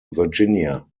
virginia